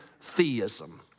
theism